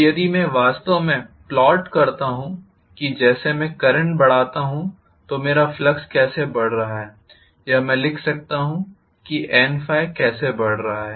तो यदि मैं वास्तव में प्लॉट करता हूं कि जैसे मैं करंट बढ़ाता हूं तो मेरा फ्लक्स कैसे बढ़ रहा है या मैं लिख सकता हूं N कैसे बढ़ रहा है